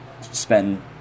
spend